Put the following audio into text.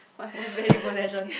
my most valued possession